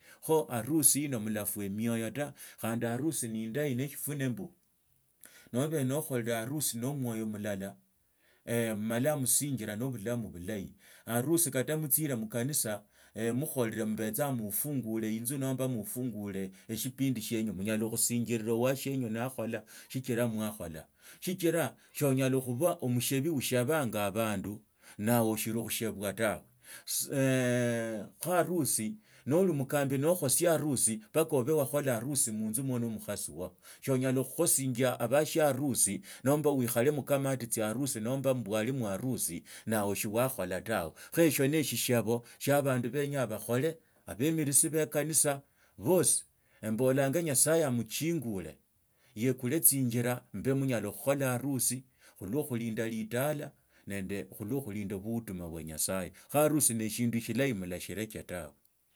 Kho harusi ino mularwa emioye ta, khandi karusi nindahi neshirone mbu nobe nokhoree harusi nomwae mulala mumala musinjira nobulamu bulahi. Harusi kata mutsira mukanisa, mukhorere mubetsa mufunguree inzu, nomba mufungulee eshipindi shienye munyala khusinjira wasio naakhola sichira mwakhola, sichira soonyala khuba omushebi. Oshebanji abandu nawe oshili khushabwa tawe. Kho harusi noli omukambi nokhosia harusi, mpala oba wakhola harusi munzu mwo no mukhasi wa sonyala khukhusinja bashiarusi nomba pikhali mukamati tsia harusi nomba mbwali wa harusi, nawe shiwakhola tawe. Kho ishio na shisheba shia abandu banyaa bakhole, abaemilisi be kanisa bosi, embolanya nyasaye omuchingule yeekule tsinjila, mba munyala khukhola harusi, khulwa khulinda litala nande khulwa khulindi buuduma bwa nyasaye, kho harusi nishindu shilahi mulashileche tawe.